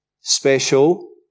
special